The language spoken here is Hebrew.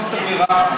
מחוסר ברירה,